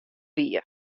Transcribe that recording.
wie